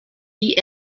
die